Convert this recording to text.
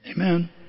Amen